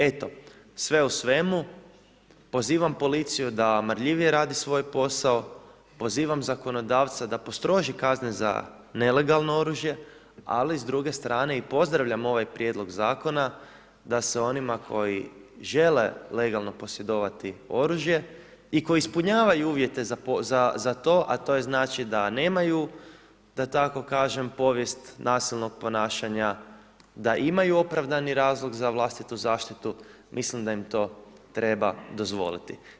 Eto, sve u svemu pozivam policiju da marljivije radi svoj posao, pozivam zakonodavca da postroži kazne za nelegalno oružje, ali s druge strane i pozdravljam ovaj prijedlog zakona da se onima koji žele legalno posjedovati oružje i koji ispunjavaju uvjete za to, a to je znači da nemaju povijest nasilnog ponašanja, da imaju opravdani razlog za vlastitu zaštitu, mislim da im to treba dozvoliti.